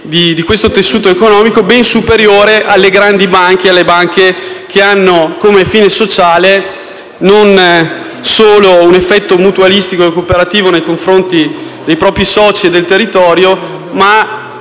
di questo tessuto economico ben superiore alle grandi banche, che hanno come fine sociale non solo un effetto mutualistico e cooperativo nei confronti dei propri soci e del territorio, ma